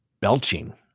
Belching